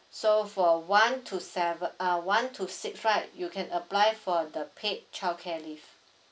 so for one to seve~ uh one to six right you can apply for the paid childcare leave